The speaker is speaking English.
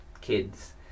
kids